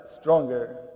stronger